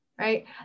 right